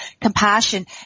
compassion